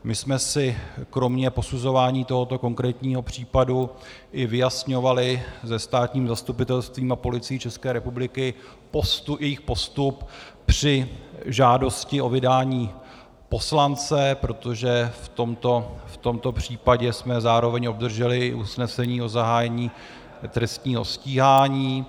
My jsme si kromě posuzování tohoto konkrétního případu i vyjasňovali se státním zastupitelstvím a Policií České republiky jejich postup při žádosti o vydání poslance, protože v tomto případě jsme zároveň obdrželi i usnesení o zahájení trestního stíhání.